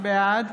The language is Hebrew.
בעד